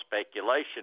speculation